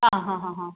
ആ ഹ ഹ ഹ